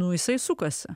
nu jisai sukasi